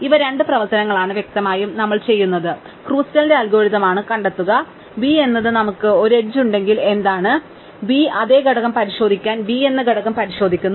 ഇവ രണ്ട് പ്രവർത്തനങ്ങളാണ് വ്യക്തമായും നമ്മൾ ചെയ്യുന്നത് ക്രുസ്കലിന്റെ അൽഗോരിതം ആണ് കണ്ടെത്തുക v എന്നത് നമുക്ക് ഒരു എഡ്ജ്ണ്ടെങ്കിൽ എന്താണ് v അതേ ഘടകം പരിശോധിക്കാൻ v എന്ന ഘടകം പരിശോധിക്കുന്നു